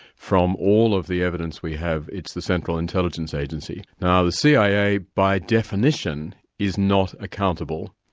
from all of the evidence we have it's the central intelligence agency. now the cia, by definition, is not accountable.